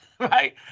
Right